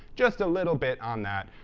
just a little bit on that.